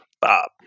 Bob